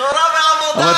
תורה ועבודה.